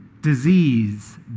disease